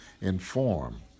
inform